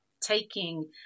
taking